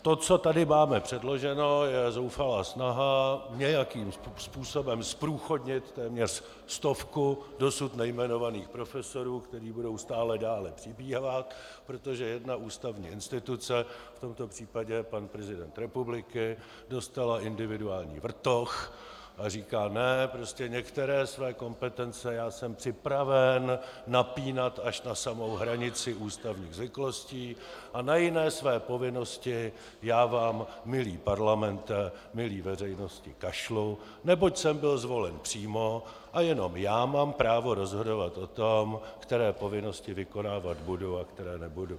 To, co tady máme předloženo, je zoufalá snaha nějakým způsobem zprůchodnit téměř stovku dosud nejmenovaných profesorů, kteří budou stále dále přibývat, protože jedna ústavní instituce v tomto případě pan prezident republiky dostala individuální vrtoch a říká ne, prostě některé své kompetence já jsem připraven napínat až na samou hranici ústavních zvyklostí a na jiné své povinnosti já vám, milý parlamente, milá veřejnosti, kašlu, neboť jsem byl zvolen přímo a jenom já mám právo rozhodovat o tom, které povinnosti vykonávat budu a které nebudu.